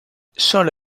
sólo